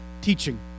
teaching